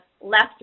left